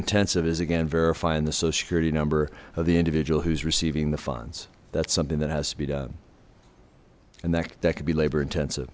intensive is again verifying the social security number of the individual who's receiving the fonz that's something that has to be done and that could be labor intensive